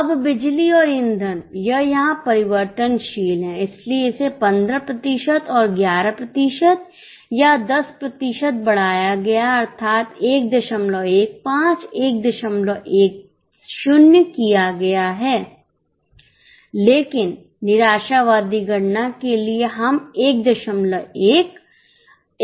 अब बिजली और ईंधन यह यहाँ परिवर्तनशील है इसलिए इसे 15 प्रतिशत और 11 प्रतिशत या 10 प्रतिशत बढ़ाया गया है अर्थात 115 110 किया गया है लेकिन निराशावादी गणना के लिए हम 11 112 लेंगे